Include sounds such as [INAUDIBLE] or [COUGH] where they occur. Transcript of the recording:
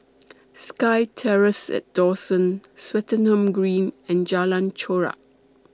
[NOISE] SkyTerrace At Dawson Swettenham Green and Jalan Chorak